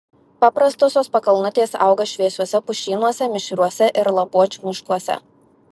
paprastosios pakalnutės auga šviesiuose pušynuose mišriuose ir lapuočių miškuose